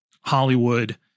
Hollywood